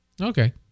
Okay